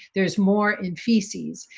there's more in feces.